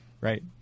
right